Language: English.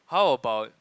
how about